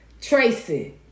Tracy